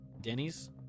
Denny's